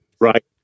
Right